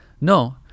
No